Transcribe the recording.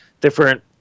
different